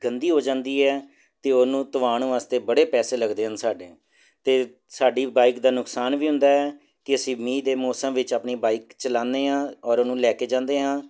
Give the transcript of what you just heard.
ਗੰਦੀ ਹੋ ਜਾਂਦੀ ਹੈ ਅਤੇ ਉਹਨੂੰ ਧਵਾਉਣ ਵਾਸਤੇ ਬੜੇ ਪੈਸੇ ਲੱਗਦੇ ਹਨ ਸਾਡੇ ਤਾਂ ਸਾਡੀ ਬਾਈਕ ਦਾ ਨੁਕਸਾਨ ਵੀ ਹੁੰਦਾ ਹੈ ਕਿ ਅਸੀਂ ਮੀਂਹ ਦੇ ਮੌਸਮ ਵਿੱਚ ਆਪਣੀ ਬਾਈਕ ਚਲਾਉਦੇ ਹਾਂ ਔਰ ਉਹਨੂੰ ਲੈ ਕੇ ਜਾਂਦੇ ਹਾਂ